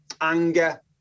anger